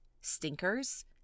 stinkers